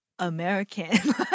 American